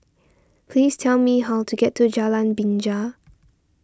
please tell me how to get to Jalan Binja